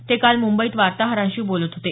ते काल मंबईत वार्ताहरांशी बोलत होते